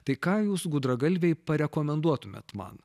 tai ką jūs gudragalviai parekomenduotumėt man